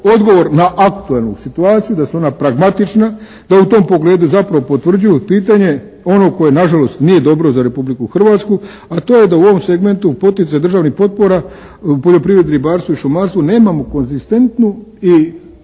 odgovor na aktuelnu situaciju, da su ona pragmatična, da u tom pogledu zapravo potvrđuju pitanje ono koje nažalost, nije dobro za Republiku Hrvatsku a to je da u ovom segmentu poticaj državnih potpora u poljoprivredi, ribarstvu i šumarstvu nemamo konzistentnu i